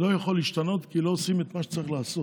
זה לא יכול להשתנות כי לא עושים את מה שצריך לעשות.